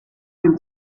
dem